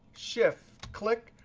shift, click,